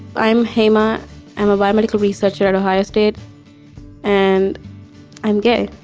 i'm hamah i'm a biomedical research at at ohio state and i'm gay